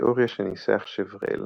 התאוריה שניסח שוורל,